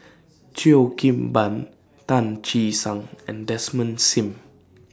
Cheo Kim Ban Tan Che Sang and Desmond SIM